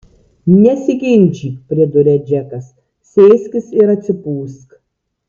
nesiginčyk priduria džekas sėskis ir atsipūsk